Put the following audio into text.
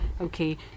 Okay